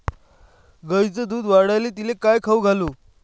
गायीचं दुध वाढवायले तिले काय खाऊ घालू?